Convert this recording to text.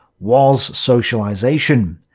was socialization.